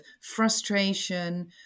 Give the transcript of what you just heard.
frustration